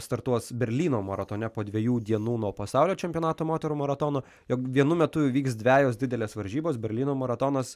startuos berlyno maratone po dviejų dienų nuo pasaulio čempionato moterų maratono jog vienu metu įvyks dvejos didelės varžybos berlyno maratonas